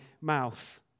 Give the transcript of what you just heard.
mouth